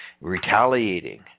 Retaliating